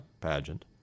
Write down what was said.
pageant